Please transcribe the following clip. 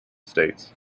states